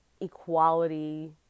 equality